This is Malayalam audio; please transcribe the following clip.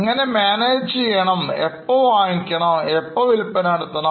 എങ്ങനെ മാനേജ് ചെയ്യണം എപ്പോൾ വാങ്ങിക്കണം എപ്പോൾ വിൽപ്പന നടത്തണം